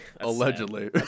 Allegedly